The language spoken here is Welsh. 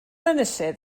enillydd